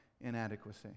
inadequacy